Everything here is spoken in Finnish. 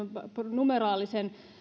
numeraalisen